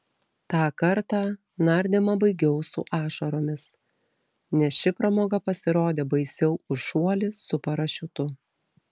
tą kartą nardymą baigiau su ašaromis nes ši pramoga pasirodė baisiau už šuolį su parašiutu